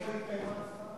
איפה התקיימה ההצבעה?